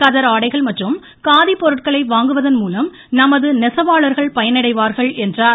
கதர் ஆடைகள் மற்றும் காதி பொருட்களை வாங்குவதன்மூலம் நமது நெசவாளர்கள் பயனடைவார்கள் என்றார்